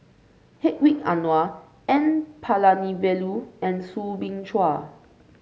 Hedwig Anuar N Palanivelu and Soo Bin Chua